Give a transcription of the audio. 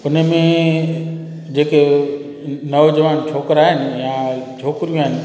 हुनमें जेके नौजवान छोकिरा आहिनि या छोकिरियूं आहिनि